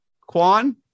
Kwan